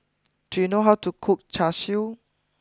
do you know how to cook Char Siu